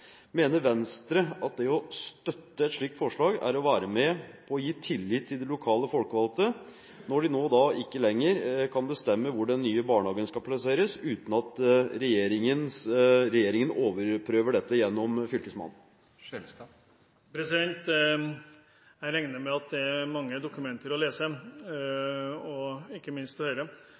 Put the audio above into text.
Mener Venstre at det å støtte et slikt forslag er å være med på å gi tillit til de lokalt folkevalgte når de ikke lenger kan bestemme hvor den nye barnehagen skal plasseres, uten at regjeringen overprøver dette gjennom Fylkesmannen? Jeg regner med at det er mange dokumenter å lese og ikke minst mye å høre: